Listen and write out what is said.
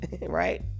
right